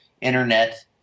internet